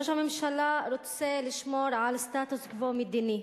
ראש הממשלה רוצה לשמור על סטטוס-קוו מדיני,